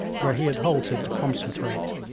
where he had halted to concentrate